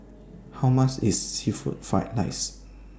How much IS Seafood Fried Rice